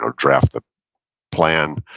ah draft a plan,